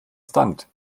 stunt